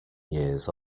years